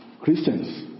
Christians